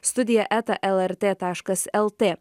studija eta lrt taškas lt